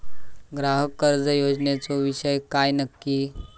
ग्राहक कर्ज योजनेचो विषय काय नक्की?